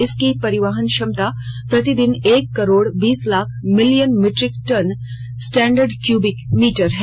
इसकी परिवहन क्षमता प्रतिदिन एक करोड बीस lakh million metric ton standard cubic metre है